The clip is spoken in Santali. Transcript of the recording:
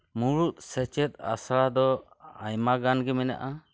ᱢᱩᱬᱩᱫ ᱥᱮᱪᱮᱫ ᱟᱥᱲᱟ ᱫᱚ ᱟᱭᱢᱟᱜᱟᱱ ᱜᱮ ᱢᱮᱱᱟᱜᱼᱟ